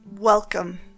Welcome